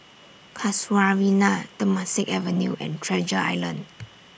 Casuarina Temasek Avenue and Treasure Island